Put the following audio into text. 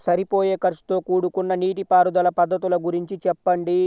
సరిపోయే ఖర్చుతో కూడుకున్న నీటిపారుదల పద్ధతుల గురించి చెప్పండి?